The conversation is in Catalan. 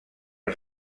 els